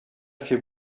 fait